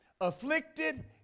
afflicted